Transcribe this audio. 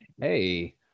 Hey